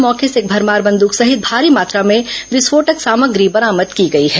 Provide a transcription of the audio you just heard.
मौके से एक भरमार बंद्रक सहित भारी मात्रा में विस्फोटक सामग्री बरामद की गई है